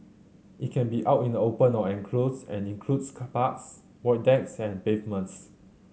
it can be out in the open or enclosed and includes parks void decks and pavements